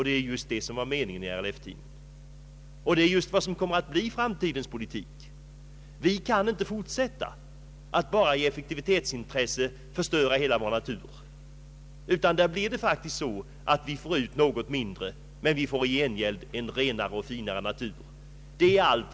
Det är just detta som RLF-tidningen avsåg, och det är just vad som kommer att bli framtidens politik. Vi kan inte fortsätta att i effektivitetsintressets namn förstöra hela vår natur, utan det blir i stället så att vi får ut något mindre i ekonomiskt avseende, men i gengäld får vi en renare och finare natur.